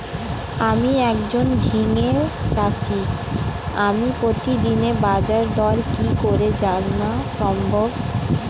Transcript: আমি একজন ঝিঙে চাষী আমি প্রতিদিনের বাজারদর কি করে জানা সম্ভব?